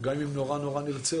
גם אם נורא נרצה,